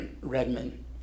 Redman